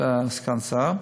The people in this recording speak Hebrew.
עוד כשהייתי סגן שר,